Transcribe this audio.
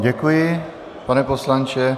Děkují vám, pane poslanče.